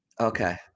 Okay